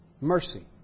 mercy